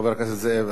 חבר הכנסת זאב,